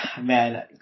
Man